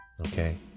okay